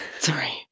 Sorry